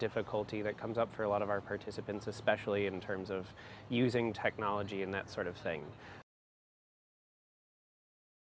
difficulty that comes up for a lot of our participants especially in terms of using technology and that sort of saying